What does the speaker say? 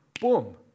Boom